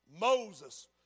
Moses